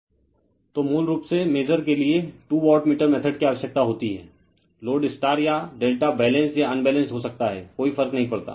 तो मूल रूप से मेसर के लिए टू वाटमीटर मेथड की आवश्यकता होती है लोड स्टार या डेल्टा बैलेंस्ड या अनबैलेंस्ड हो सकता है कोई फर्क नहीं पड़ता